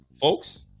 folks